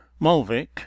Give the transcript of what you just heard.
Mulvick